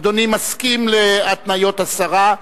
אדוני מסכים להתניות השרה?